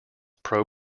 pro